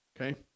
Okay